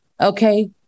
Okay